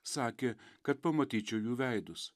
sakė kad pamatyčiau jų veidus